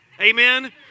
amen